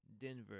Denver